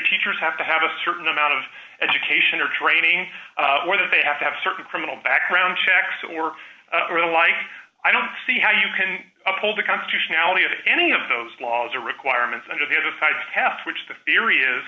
teachers have to have a certain amount of education or training or they have to have certain criminal background checks or the like i don't see how you can uphold the constitution now that any of those laws are requirements under the other side test which the theory is